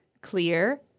clear